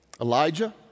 Elijah